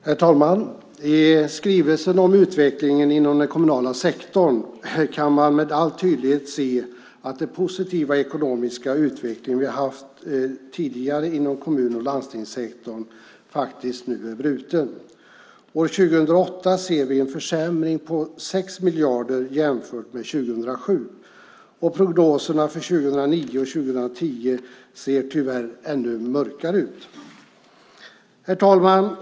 Herr talman! I skrivelsen om utvecklingen inom den kommunala sektorn kan man med all tydlighet se att den positiva ekonomiska utveckling vi har haft tidigare inom kommun och landstingssektorn nu är bruten. År 2008 ser vi en försämring på 6 miljarder jämfört med 2007, och prognoserna för 2009 och 2010 ser tyvärr ännu mörkare ut. Herr talman!